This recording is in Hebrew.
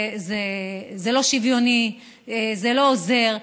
זה לא שוויוני, זה לא עוזר.